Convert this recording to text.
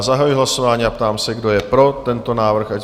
Zahajuji hlasování a ptám se, kdo je pro tento návrh?